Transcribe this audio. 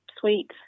sweet